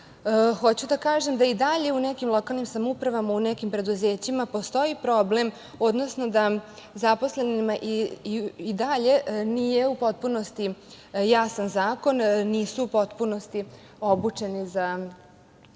hoću da kažem da i dalje u nekim lokalnim samoupravama, u nekim preduzećima postoji problem, odnosno da zaposlenima i dalje nije u potpunosti jasan zakon, nisu u potpunosti obučeni za sprovođenje